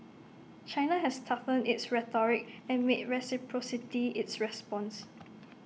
China has toughened its rhetoric and made reciprocity its response